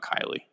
Kylie